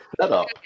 setup